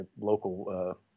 local